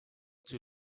too